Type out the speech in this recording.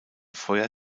feuer